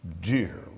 dear